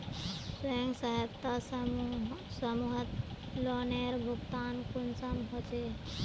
स्वयं सहायता समूहत लोनेर भुगतान कुंसम होचे?